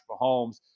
Mahomes